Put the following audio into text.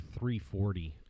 340